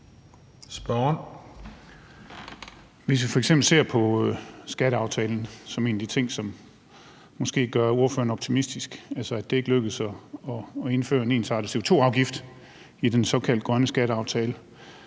Hvis vi f.eks. ser på skatteaftalen, er det så en af de ting, der måske gør ordføreren optimistisk, altså at det ikke lykkedes at indføre en ensartet CO2-afgift i den såkaldt grønne skatteaftale,